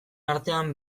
artean